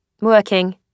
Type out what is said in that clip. Working